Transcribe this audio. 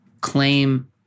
claim